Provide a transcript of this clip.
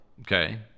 Okay